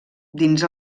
dins